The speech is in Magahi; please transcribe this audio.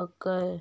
हकैय?